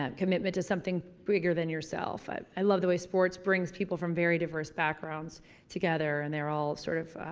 ah commitment to something bigger than yourself. i love the way sports brings people from very diverse backgrounds together and they're all sort of,